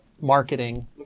marketing